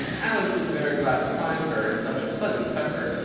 alice was very glad to find her in such a pleasant temper,